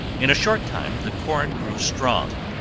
in a short time the corn grew strong,